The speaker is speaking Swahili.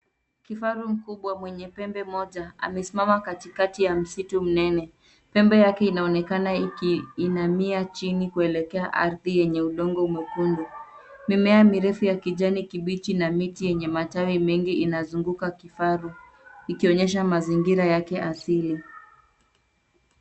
Kifaru mkubwa mwenye pembe moja amesimama katikati ya msitu mnene, pembe yakeinaonekana ikiinamia chini kuelekea ardhi yenye udongo mwekundu. Mimea mirefu ya kijani kibichi na miti yenye matawi mengi inazunguka kifaru, ikionyesha mazingira yake asili.